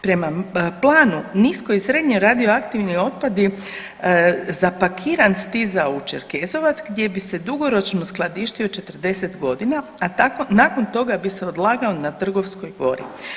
Prema planu nisko i srednje radioaktivni otpad je zapakiran stizao u Čerkezovac gdje bi se dugoročno skladištio 40 godina, a nakon toga bi se odlagao na Trgovskoj gori.